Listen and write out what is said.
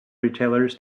retailers